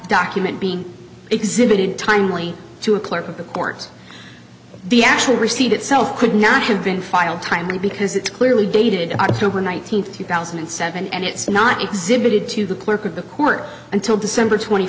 document being exhibited timely to a clerk of the court the actual receipt itself could not have been filed timely because it's clearly dated october nineteenth two thousand and seven and it's not exhibited to the clerk of the court until december twen